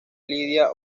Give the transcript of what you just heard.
lidia